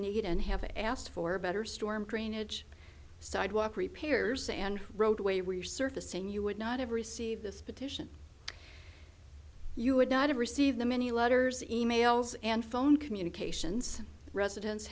need and have asked for better storm drainage sidewalk repairs and roadway resurfacing you would not have received this petition you would not have received the many letters emails and phone communications residents